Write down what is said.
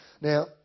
Now